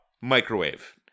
Microwave